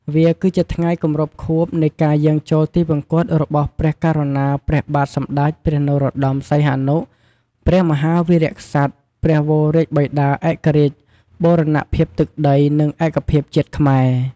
វាគឺជាថ្ងៃគម្រប់ខួបនៃការយាងចូលទិវង្គតរបស់ព្រះករុណា ព្រះបាទសម្ដេចព្រះនរោត្ដម សីហនុ ព្រះមហាវីរក្សត្រ ព្រះវររាជបិតាឯករាជ្យ បូរណភាពទឹកដី និងឯកភាពជាតិខ្មែរ។